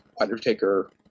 Undertaker